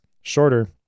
shorter